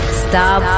stop